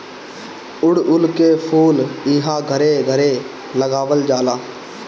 अढ़उल के फूल इहां घरे घरे लगावल जाला